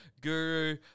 Guru